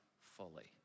fully